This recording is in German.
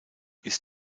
ist